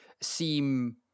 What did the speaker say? seem